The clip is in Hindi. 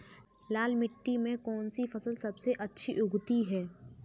लाल मिट्टी में कौन सी फसल सबसे अच्छी उगती है?